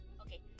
okay